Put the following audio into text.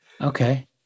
Okay